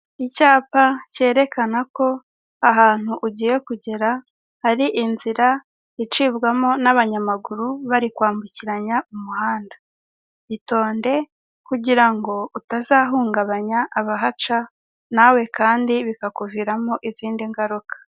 Icyapa cyerekana ko ahantu ugiye kugera hari inzira icibwamo n'abanyamaguru bari kwambukiranya umuhanda, itonde kugira utazahungabanya abahaca nawe kandi bikakuviramo izindi ngaruka.